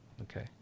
Okay